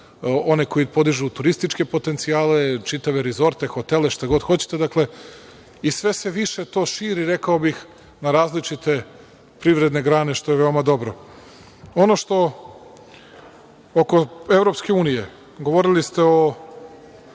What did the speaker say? one koji podižu turističke potencijale, čitave rizorte, hotele, šta god hoćete, dakle, i sve se više to širi, rekao bih, na različite privredne grane što je veoma dobro. Ono što, oko EU, govorili ste o